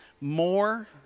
more